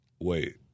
Wait